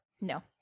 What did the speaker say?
No